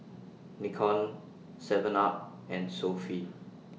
Nikon Seven up and Sofy